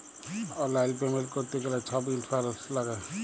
অললাইল পেমেল্ট ক্যরতে গ্যালে ছব ইলফরম্যাসল ল্যাগে